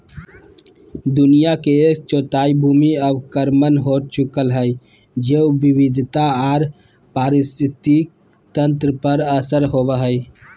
दुनिया के एक चौथाई भूमि अवक्रमण हो चुकल हई, जैव विविधता आर पारिस्थितिक तंत्र पर असर होवई हई